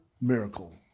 miracle